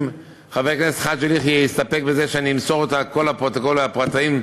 אם חבר הכנסת חאג' יחיא יסתפק בזה שאני אמסור את כל הפרטים לפרוטוקול,